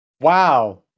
Wow